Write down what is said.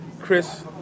Chris